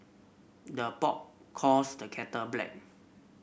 the pot calls the kettle black